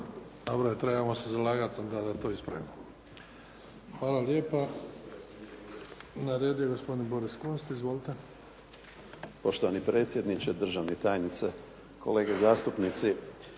Dobro je. Trebamo se zalagati onda da to ispravimo. Hvala lijepa. Na redu je gospodin Boris Kunst. Izvolite. **Kunst, Boris (HDZ)** Poštovani predsjedniče, državna tajnice, kolege zastupnici